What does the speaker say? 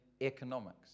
economics